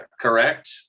Correct